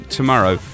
Tomorrow